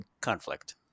conflict